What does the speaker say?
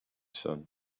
son